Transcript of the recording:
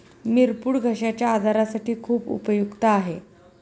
मिरपूड घश्याच्या आजारासाठी खूप उपयुक्त आहे